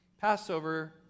Passover